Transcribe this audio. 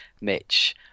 Mitch